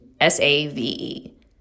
S-A-V-E